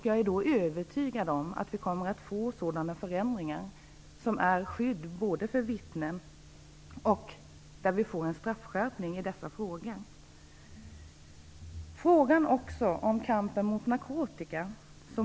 Jag är övertygad om att det då kommer att genomföras sådana förändringar som är till skydd för vittnen och som innebär en straffskärpning. Moderaterna tog tidigare upp här frågan om kampen mot narkotika.